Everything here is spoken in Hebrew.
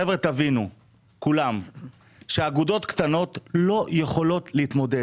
חבר'ה, תבינו שאגודות קטנות לא יכולות להתמודד.